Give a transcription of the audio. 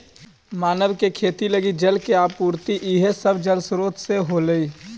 मानव के खेती लगी जल के आपूर्ति इहे सब जलस्रोत से होलइ